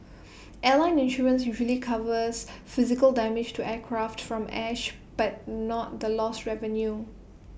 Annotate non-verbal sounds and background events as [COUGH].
[NOISE] airline insurance usually covers physical damage to aircraft from ash but not the lost revenue